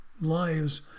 lives